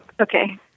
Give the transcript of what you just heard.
okay